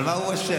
אבל מה הוא אשם?